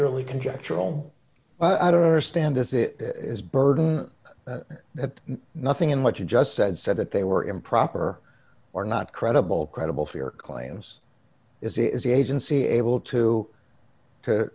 purely conjectural i don't understand as it is burden that nothing in what you just said said that they were improper or not credible credible for your claims is the agency able to